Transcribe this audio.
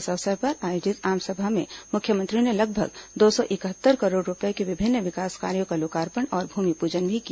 इस अवसर पर आयोजित आमसभा में मुख्यमंत्री ने लगभग दो सौ इकहत्तर करोड़ रूपये के विभिन्न विकास कार्यो का लोकार्पण और भूमिप्जन भी किया